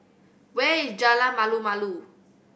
where is Jalan Malu Malu